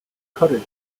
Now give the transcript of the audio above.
encourage